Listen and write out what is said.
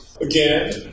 Again